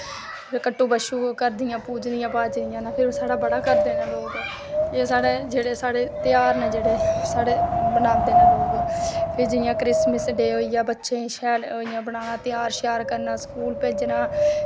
ते कट्टु बछु करदियां पूजदियां पाजदियां ते फिर साढ़े बड़ा करदे नै लोग एह् साढ़ै जेह्ड़े साढ़े ध्याहर न जेह्ड़े साढ़े बनांदे नै लोग फिर जियां क्रिमिस डे होईया बच्चें इयां शैल इ'यां बनाना त्यार शयार करना स्कूल भेजना